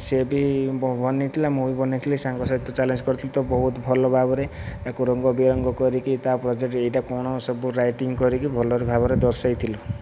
ସେ ବି ବନେଇଥିଲା ମୁଁ ବି ବନେଇଥିଲି ସାଙ୍ଗ ସାଥି ଚ୍ୟାଲେଞ୍ଜ କରିଥିଲୁ ତ ବହୁତ ଭଲ ଭାବରେ ଆକୁ ରଙ୍ଗ ବିରଙ୍ଗ କରିକି ତା ପ୍ରୋଜେକ୍ଟ ଏଇଟା କଣ ସବୁ ରାଇଟିଙ୍ଗ କରିକି ଭଲରେ ଭାବରେ ଦର୍ଶେଇଥିଲୁ